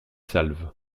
salves